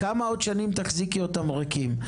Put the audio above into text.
כמה שנים עוד תחזיקי אותם ריקים?